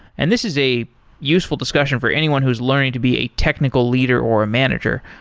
and this is a useful discussion for anyone who is learning to be a technical leader or a manager.